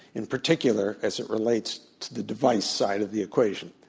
in particular, as it relates to the device side of the equation.